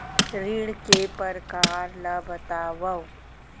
ऋण के परकार ल बतावव?